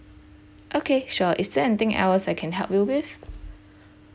okay sure is there anything else I can help you with